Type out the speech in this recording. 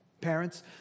parents